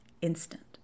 instant